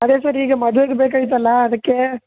ಅದೇ ಸರ್ ಈಗ ಮದ್ವೆಗೆ ಬೇಕಾಗಿತ್ತಲ್ವಾ ಅದಕ್ಕೇ